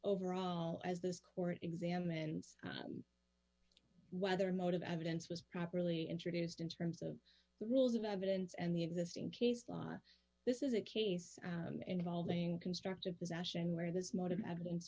overall as this court examines whether motive evidence was properly introduced in terms of the rules of evidence and the existing case law this is a case involving constructive possession where there's lot of evidence